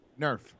Nerf